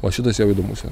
va šituose audimuose